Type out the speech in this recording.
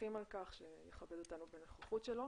שמחים על כך שהוא מכבד אותנו בנוכחות שלו.